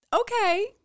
okay